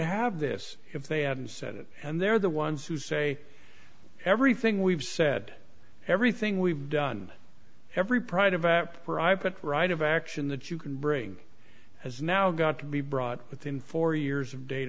have this if they hadn't said it and they're the ones who say everything we've said everything we've done every pride of private right of action that you can bring has now got to be brought within four years of date